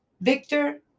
Victor